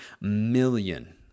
million